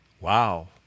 Wow